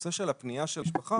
הנושא של הפנייה של המשפחה,